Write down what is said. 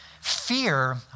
Fear